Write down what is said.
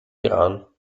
iran